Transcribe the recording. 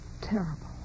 terrible